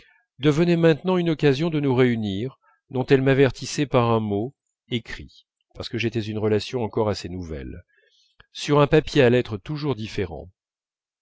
devenaient maintenant une occasion de nous réunir dont elle m'avertissait par un mot écrit parce que j'étais une relation encore assez nouvelle sur un papier à lettres toujours différent